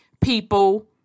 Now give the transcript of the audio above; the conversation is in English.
people